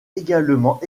également